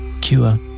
cure